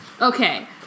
Okay